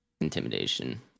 Intimidation